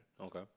Okay